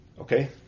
Okay